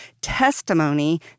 testimony